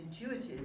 intuitive